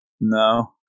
No